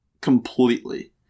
completely